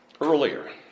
earlier